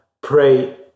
pray